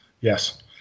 Yes